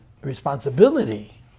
responsibility